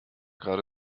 gerade